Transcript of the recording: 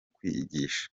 kwigisha